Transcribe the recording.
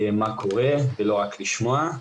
מה קורה ולא רק לשמוע,